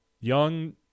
young